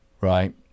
right